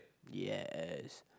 yes